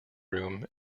room